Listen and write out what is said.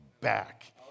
back